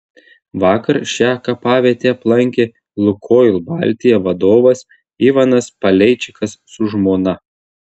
vakar šią kapavietę aplankė lukoil baltija vadovas ivanas paleičikas su žmona